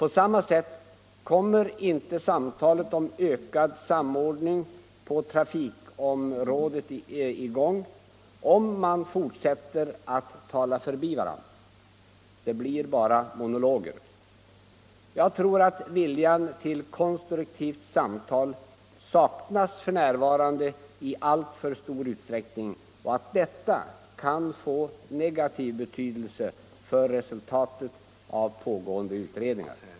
På samma sätt kommer inte samtalet om ökad samordning på trafikområdet i gång om man fortsätter att tala förbi varandra. Det blir bara monologer. Jag tror att viljan till konstruktiva samtal f. n. saknas i alltför stor utsträckning och att detta kan få negativ betydelse för resultatet av pågående utredningar.